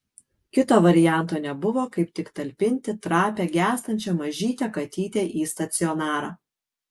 kito varianto nebuvo kaip tik talpinti trapią gęstančią mažytę katytę į stacionarą